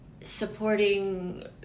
supporting